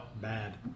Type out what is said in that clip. Bad